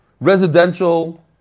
residential